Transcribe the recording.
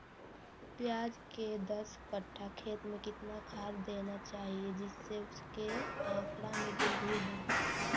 प्याज के दस कठ्ठा खेत में कितना खाद देना चाहिए जिससे उसके आंकड़ा में वृद्धि हो?